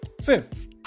Fifth